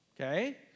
Okay